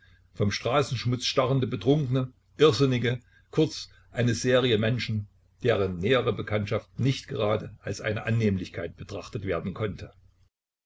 von straßenschmutz starrende betrunkene irrsinnige kurz eine serie menschen deren nähere bekanntschaft nicht gerade als eine annehmlichkeit betrachtet werden konnte